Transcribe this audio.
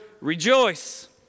rejoice